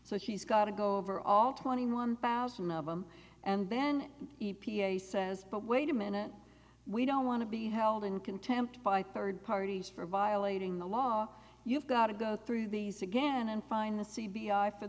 so she's got to go over all twenty one thousand of them and then e p a says but wait a minute we don't want to be held in contempt by third parties for violating the law you've got to go through these again and find the c b i for